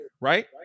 right